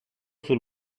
sul